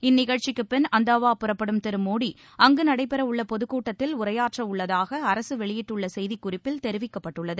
இந்நிகழ்ச்சிக்கு பின் அந்தாவா புறப்படும் திரு மோடி அங்கு நடைபெற உள்ள பொதுக்கூட்டத்தில் உரையாற்ற உள்ளதாக அரசு வெளியிட்டுள்ள செய்தி குறிப்பில் தெரிவிக்கப்பட்டுள்ளது